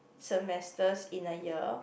semesters in a year